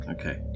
okay